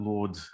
Lord